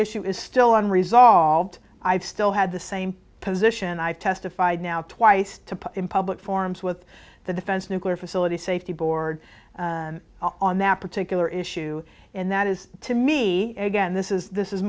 issue is still unresolved i've still had the same position i've testified now twice to in public forums with the defense nuclear facility safety board on that particular issue and that is to me again this is this is